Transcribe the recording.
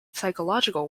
psychological